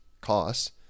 costs